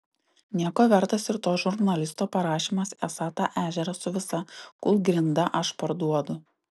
nieko vertas ir to žurnalisto parašymas esą tą ežerą su visa kūlgrinda aš parduodu